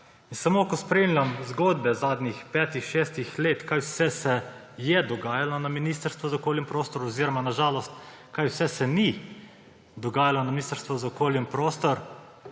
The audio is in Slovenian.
samo, ko spremljam zgodbe zadnjih petih, šestih let, kaj vse se je dogajalo na Ministrstvu za okolje in prostor oziroma, na žalost, kaj vse se ni dogajalo na Ministrstvu za okolje in prostor,